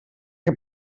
que